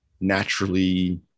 naturally